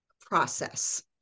process